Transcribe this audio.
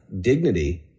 dignity